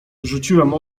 rzuciłem